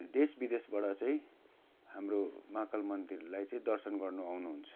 त्यो देश विदेशबाट चाहिँ हाम्रो महाकाल मन्दिरलाई चाहिँ दर्शन गर्नु आउनुहुन्छ